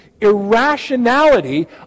irrationality